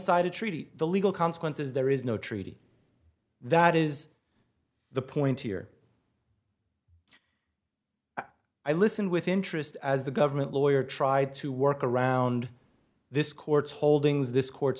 sided treaty the legal consequences there is no treaty that is the point here i listened with interest as the government lawyer tried to work around this court's holdings this court